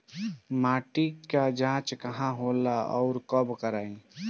माटी क जांच कहाँ होला अउर कब कराई?